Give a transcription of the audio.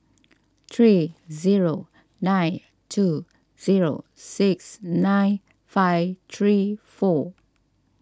three zero nine two zero six nine five three four